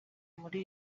muri